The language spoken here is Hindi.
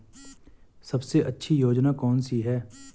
सबसे अच्छी योजना कोनसी है?